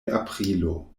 aprilo